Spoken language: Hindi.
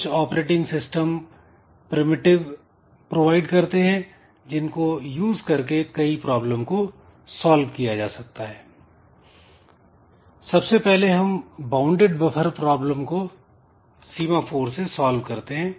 कुछ ऑपरेटिंग सिस्टम प्रिमिटिव प्रोवाइड करते हैं जिन को यूज करके कई प्रॉब्लम को सॉल्व किया जा सकता है सबसे पहले हम वाउंडेड बफर प्रॉब्लम को सीमा फोर से सॉल्व करते हैं